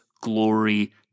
glory